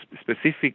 specific